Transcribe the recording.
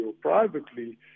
privately